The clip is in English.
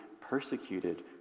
persecuted